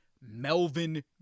Melvin